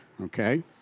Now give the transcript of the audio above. okay